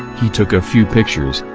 he took a few pictures,